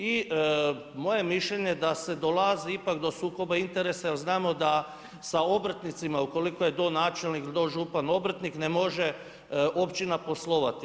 I moje je mišljenje da se dolazi ipak do sukoba interesa jer znamo da sa obrtnicima ukoliko je donačelnik ili dožupan obrtnik ne može općina poslovati.